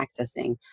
accessing